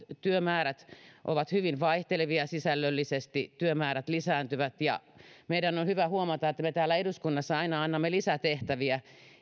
työmäärät ovat hyvin vaihtelevia sisällöllisesti työmäärät lisääntyvät meidän on hyvä huomata että me täällä eduskunnassa aina annamme lisätehtäviä